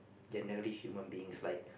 generally what human beings like